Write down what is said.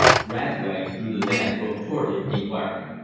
radway drew the van book toward him, inquiring,